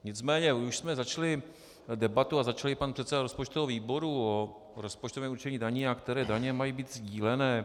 Nicméně už jsme začali debatu, a začal ji pan předseda rozpočtového výboru, o rozpočtovém určení daní, a které daně mají být sdílené.